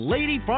Lady